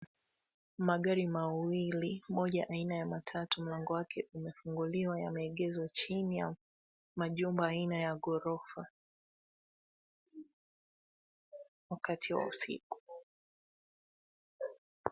Magari mawili moja aina ya matatu mlango wake umefunguliwa yameegeshwa chini ya majumba aina ya ghorofa wakati wa usiku.